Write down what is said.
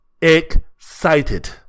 excited